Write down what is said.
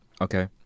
okay